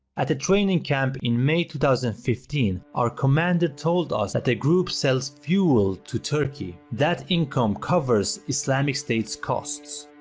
at the training camp in may two thousand and fifteen, our commander told us that the group sells fuel to turkey. that income covers islamic state's costs.